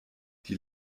die